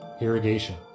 Irrigation